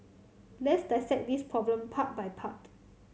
let's dissect this problem part by part